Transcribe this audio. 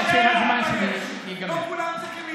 כבוד היושב-ראש, לא כולם צריכים להתבייש.